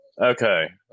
okay